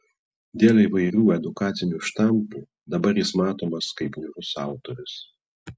dėl įvairių edukacinių štampų dabar jis matomas kaip niūrus autorius